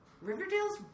Riverdale's